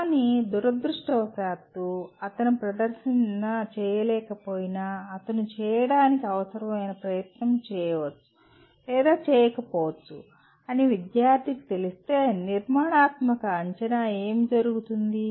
కానీ దురదృష్టవశాత్తు అతను ప్రదర్శించినా చేయకపోయినా అతను చేయటానికి అవసరమైన ప్రయత్నం చేయవచ్చు లేదా చేయకపోవచ్చు అని విద్యార్థికి తెలిస్తే నిర్మాణాత్మక అంచనా ఏమి జరుగుతుంది